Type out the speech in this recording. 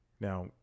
Now